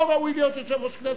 לא ראוי להיות יושב-ראש הכנסת.